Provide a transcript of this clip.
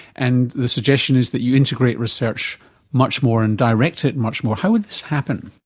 and the suggestion is that you integrate research much more and direct it much more. how would this happen?